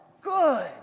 good